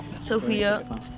Sophia